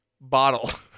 Bottle